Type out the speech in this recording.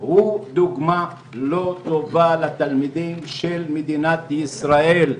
הוא דוגמה לא טובה לתלמידים של מדינת ישראל,